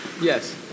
Yes